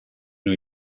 new